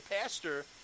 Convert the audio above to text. pastor